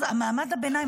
ומעמד הביניים,